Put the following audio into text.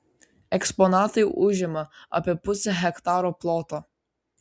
eksponatai užima apie pusę hektaro ploto